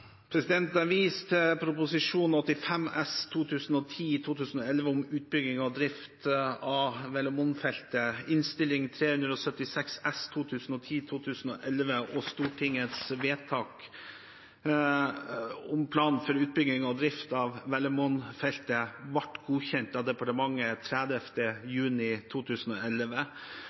viser til Prop. 85 S for 2010–2011, om utbygging og drift av Valemon-feltet, Innst. 376 S for 2010–2011, og Stortingets vedtak om plan for utbygging og drift av Valemon-feltet, som ble godkjent av departementet 30. juni 2011.